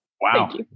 wow